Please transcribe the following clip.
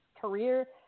career